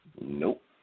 Nope